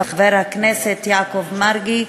חבר הכנסת יעקב מרגי,